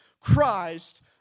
Christ